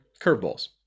curveballs